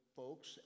folks